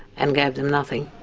and gave them nothing,